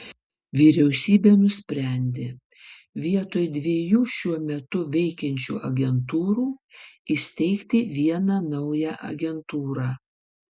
vyriausybė nusprendė vietoj dviejų šiuo metu veikiančių agentūrų įsteigti vieną naują agentūrą